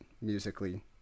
musically